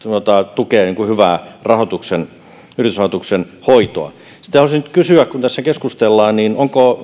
tukee hyvää yritysrahoituksen hoitoa sitä voisin nyt kysyä kun tässä keskustellaan että onko